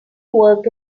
work